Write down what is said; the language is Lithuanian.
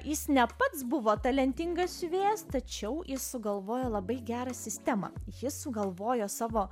jis ne pats buvo talentingas siuvėjas tačiau jis sugalvojo labai gerą sistemą jis sugalvojo savo